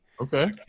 Okay